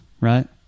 right